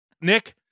Nick